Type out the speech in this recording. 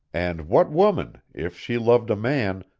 and what woman, if she loved a man,